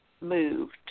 moved